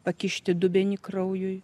pakišti dubenį kraujui